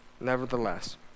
Nevertheless